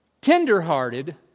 tender-hearted